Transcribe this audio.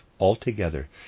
altogether